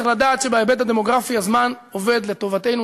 צריך לדעת שבהיבט הדמוגרפי הזמן עובד לטובתנו,